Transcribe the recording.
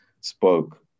spoke